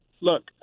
look